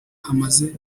hamaze